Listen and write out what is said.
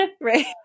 Right